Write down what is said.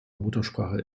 muttersprache